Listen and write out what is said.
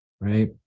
right